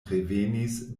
revenis